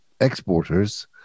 exporters